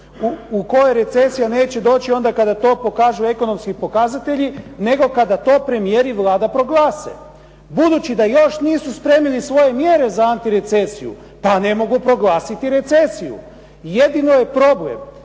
u kojoj recesija neće doći onda kada to pokažu ekonomski pokazatelji, nego kada to premijeri i Vlada proglase. Budući da još nisu spremili svoje mjere za antirecesiju pa ne mogu proglasiti recesiju. Jedino je problem